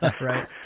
right